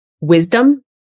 wisdom